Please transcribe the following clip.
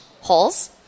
holes